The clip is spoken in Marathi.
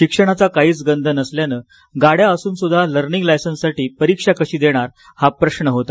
शिक्षणाचा काहीच गंध नसल्यानं गाड्या असूनही लर्निंग लायसन्स साठी परीक्षा कशी देणार हा हा प्रश्न होता